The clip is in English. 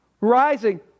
rising